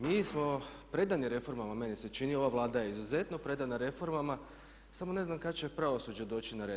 Mi smo predani reformama meni se čini, ova Vlada je izuzetno predana reformama samo ne znam kad će pravosuđe doći na red.